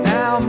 Now